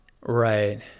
Right